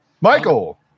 Michael